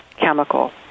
chemical